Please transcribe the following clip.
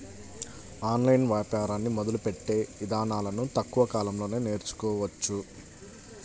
online వ్యాపారాన్ని మొదలుపెట్టే ఇదానాలను తక్కువ కాలంలోనే నేర్చుకోవచ్చు